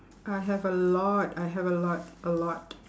I have a lot I have a lot a lot